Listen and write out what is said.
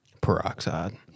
Peroxide